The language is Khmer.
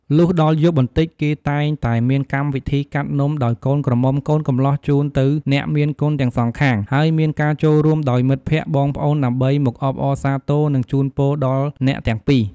លុះដល់យប់បន្តិច គេតែងតែមានកម្មវិធីកាត់នំដោយកូនក្រមុំកូនកំលោះជូនទៅអ្នកមានគុណទាំងសងខាង ហើយមានការចូលរួមដោយមិត្តភក្តិ បងប្អូនដើម្បីមកអបអរសាទរនិងជូនពរដល់អ្នកទាំងពីរ។